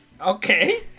Okay